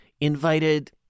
invited